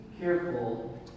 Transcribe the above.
careful